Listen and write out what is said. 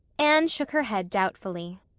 anne shook her head doubtfully.